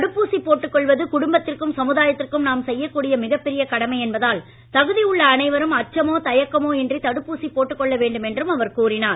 தடுப்பூசி போட்டுக் கொள்வது குடும்பத்திற்கும் சமுதாயத்திற்கும் நாம் செய்யக் கூடிய மிகப் பெரிய கடமை என்பதால் தகுதி உள்ள அனைவரும் அச்சமோ தயக்கமோ இன்றி தடுப்பூசி போட்டுக் கொள்ள வேண்டும் என்றும் அவர் கூறினார்